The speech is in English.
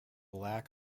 lack